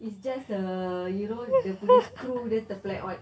it's just the you know dia punya screw dia terpleot